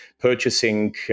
purchasing